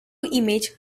image